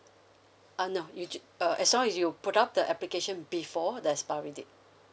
uh no you j~ uh as long as you put up the application before the expiry date